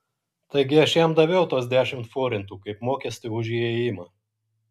taigi aš jam daviau tuos dešimt forintų kaip mokestį už įėjimą